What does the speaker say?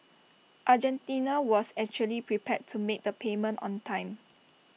Argentina was actually prepared to make the payment on time